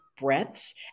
breaths